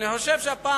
אני חושב שהפעם